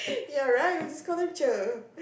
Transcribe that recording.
you're right we just call them Cher